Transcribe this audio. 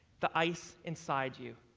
the ice inside you.